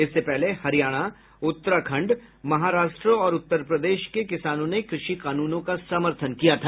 इससे पहले हरियाणा उत्तराखंड महाराष्ट्र और उत्तर प्रदेश के किसानों ने कृषि कानूनों का समर्थन किया था